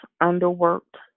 underworked